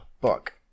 book